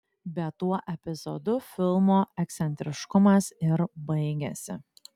bet tuo epizodu filmo ekscentriškumas ir baigiasi